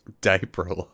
Diaper